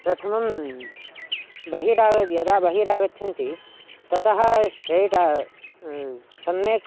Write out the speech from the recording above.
प्रथमं बहिराग यदा बहिरागच्छन्ति ततः स्ट्रेट् सम्यक्